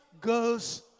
goes